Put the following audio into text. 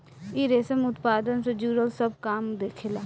इ रेशम उत्पादन से जुड़ल सब काम देखेला